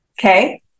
Okay